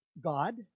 God